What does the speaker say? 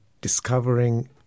discovering